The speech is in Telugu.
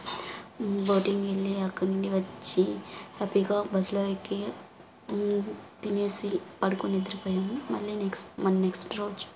బోటింగ్ వెళ్ళి అక్కడి నుండి వచ్చి హ్యాపీగా బస్లో ఎక్కి తినేసి పడుకొని నిద్రపోయాము మళ్ళీ నెక్స్ మళ్ళీ నెక్స్ట్ రోజు